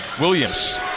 Williams